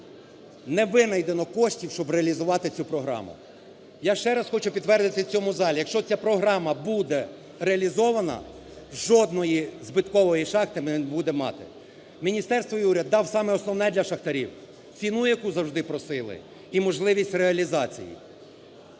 не винайдено коштів, щоб реалізувати цю програму. Я ще раз хочу підтвердити в цьому залі, якщо ця програма буде реалізована, жодної збиткової шахти ми не будемо мати. Міністерство і уряд дав саме основне для шахтарів: ціну, яку завжди просили і можливість реалізації.